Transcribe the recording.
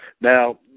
Now